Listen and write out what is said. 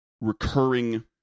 recurring